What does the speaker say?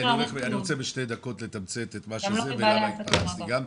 אני רוצה בשתי דקות לתמצת את דברי ואצא גם כן.